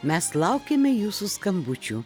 mes laukiame jūsų skambučių